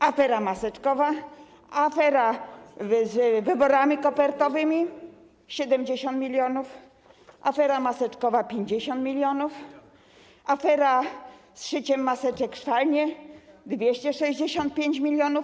Afera maseczkowa, afera z wyborami kopertowymi - 70 mln zł, afera maseczkowa - 50 mln zł, afera z szyciem maseczek, szwalnie - 265 mln zł.